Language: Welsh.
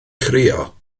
crio